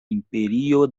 imperio